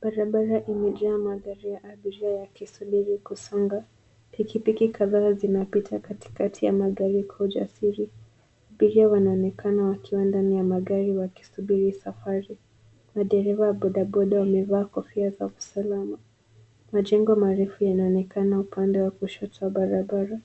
Barabara imejaa magari ya abiria yakisubiri kusonga. Pikipiki kadhaa zinapita katikati ya magari kwa ujasiri. Abiria wanaonekana wakiwa ndani ya magari wakisubiri safari na dereva wa bodaboda wamevaa kofia za usalama. Majengo marefu yanaonekana upande wa kushoto wa barabara,